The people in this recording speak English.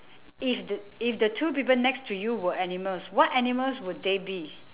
if t~ if the two people next to you were animals what animals would they be